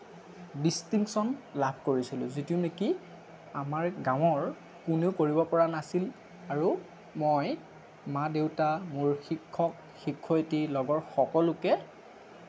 distinction লাভ কৰিছিলোঁ যিটো নেকি আমাৰ গাঁৱৰ কোনেও কৰিব পৰা নাছিল আৰু মই মা দেউতা মোৰ শিক্ষক শিক্ষয়িত্ৰী লগৰ সকলোকে